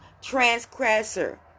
transgressor